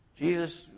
Jesus